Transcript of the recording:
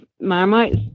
Marmite